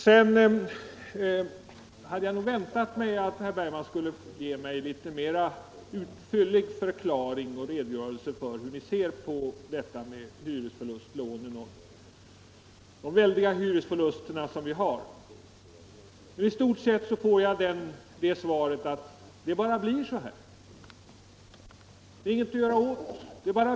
Jag hade nog väntat att herr Bergman skulle ge mig en litet fylligare redogörelse för hur ni ser på de väldiga hyresförlusterna och hyresförlustlånen. I stort sett får jag det svaret ”att det bara blir så här”. Ingenting kan göras åt det.